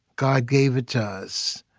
god gave it to us.